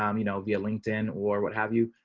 um you know, via linkedin or what have you.